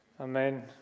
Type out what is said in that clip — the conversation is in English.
Amen